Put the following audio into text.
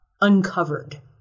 uncovered